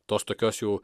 tos tokios jau